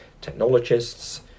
technologists